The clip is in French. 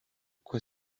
quoi